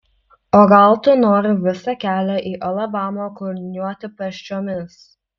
o gal tu nori visą kelią į alabamą kulniuoti pėsčiomis